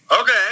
Okay